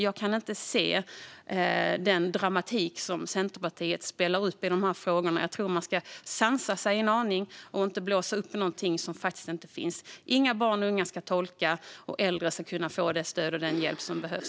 Jag kan inte se den dramatik som Centerpartiet spelar upp i de här frågorna. Jag tror att man ska sansa sig en aning och inte blåsa upp någonting som faktiskt inte finns. Inga barn och unga ska tolka, och äldre ska kunna få det stöd och den hjälp som behövs.